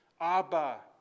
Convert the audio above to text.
Abba